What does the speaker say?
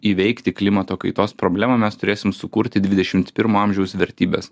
įveikti klimato kaitos problemą mes turėsim sukurti dvidešimt pirmo amžiaus vertybes